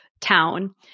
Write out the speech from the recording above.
town